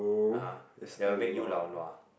(uh huh) that will make you lao nua